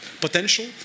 potential